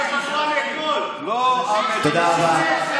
תודה רבה.